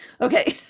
okay